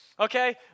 okay